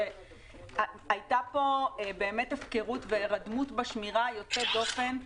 היתה פה באמת הפקרות והירדמות בשמירה יוצאת דופן.